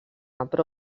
però